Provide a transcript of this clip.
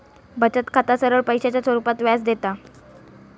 बचत खाता सरळ पैशाच्या रुपात व्याज देता